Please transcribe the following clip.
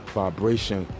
vibration